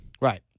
Right